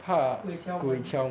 鬼敲门